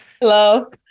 hello